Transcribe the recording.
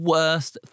Worst